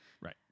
Right